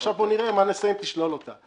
ועכשיו בוא נראה מה נעשה אם תשלול אותה.